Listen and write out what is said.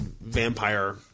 vampire